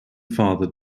father